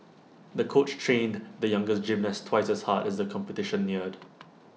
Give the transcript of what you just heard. the coach trained the young gymnast twice as hard as the competition neared